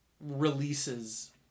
releases